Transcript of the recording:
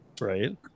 Right